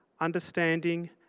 understanding